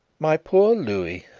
my poor louis!